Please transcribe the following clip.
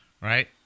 right